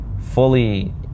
fully